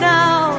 now